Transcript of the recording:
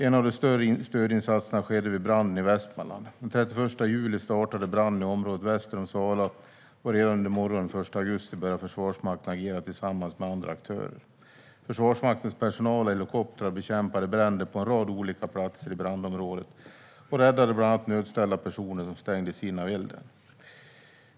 En av de större stödinsatserna skedde vid branden i Västmanland. Den 31 juli startade branden i området väster om Sala, och redan under morgonen den 1 augusti började Försvarsmakten agera tillsammans med andra aktörer. Försvarsmaktens personal och helikoptrar bekämpade bränder på en rad olika platser i brandområdet och räddade bland annat nödställda personer som stängdes in av elden.